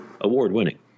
award-winning